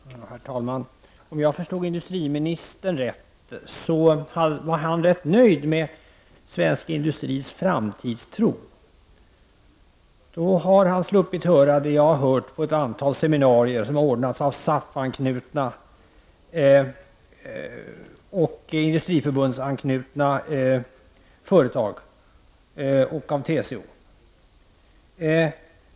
Herr talman! Om jag förstod industriministern rätt var han ganska nöjd med svensk industris framtidstro. Då har han sluppit höra det jag har hört på ett antal seminarier som har ordnats av SAF och Industriförbundsanknutna företag och TCO.